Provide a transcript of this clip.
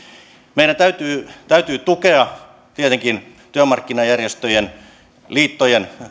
meidän täytyy täytyy tukea tietenkin työmarkkinajärjestöjen ja liittojen